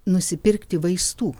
nusipirkti vaistų